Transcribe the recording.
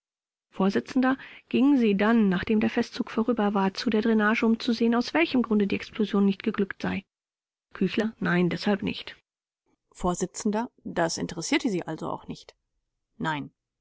vors gingen sie dann nachdem der festzug vorüber war zu der dränage um zu sehen aus welchem grunde die explosion nicht geglückt sei k nein deshalb nicht vors das interessierte sie also auch nicht k nein